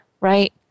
right